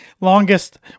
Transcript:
longest